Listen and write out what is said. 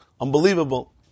unbelievable